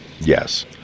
Yes